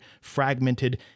fragmented